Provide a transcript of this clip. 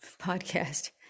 podcast